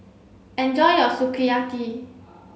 enjoy your Sukiyaki